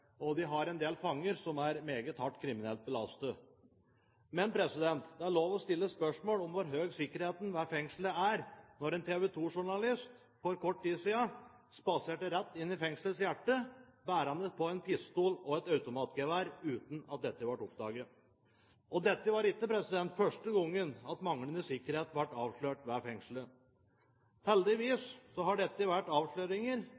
og de har en del fanger som er meget hardt kriminelt belastet. Men det er lov til å stille spørsmål om hvor høy sikkerheten ved fengselet er, når en TV 2-journalist for kort tid siden spaserte rett inn i fengselets hjerte, bærende på en pistol og et automatgevær, uten at dette ble oppdaget. Og dette var ikke første gang at manglende sikkerhet ble avslørt ved fengselet. Heldigvis har dette vært avsløringer